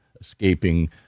escaping